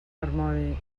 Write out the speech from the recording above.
harmònic